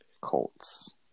Colts